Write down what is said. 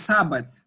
Sabbath